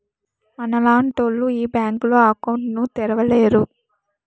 మనలాంటోళ్లు ఈ బ్యాంకులో అకౌంట్ ను తెరవలేరు